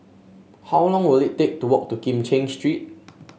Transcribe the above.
how long will it take to walk to Kim Cheng Street